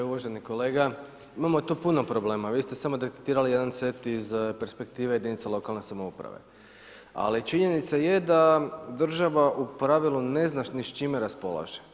Uvaženi kolega, imamo tu puno problema, vi ste samo detektirali jedan set iz perspektive jedinica lokalne samouprave, ali činjenica je da država u pravilu ne zna ni s čime raspolaže.